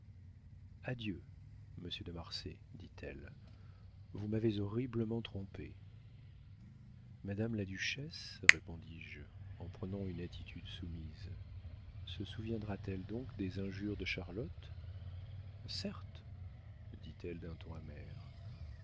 adieu monsieur de marsay dit-elle vous m'avez horriblement trompée madame la duchesse répondis-je en prenant une attitude soumise se souviendra t elle donc des injures de charlotte certes dit-elle d'un ton amer